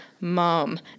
Mom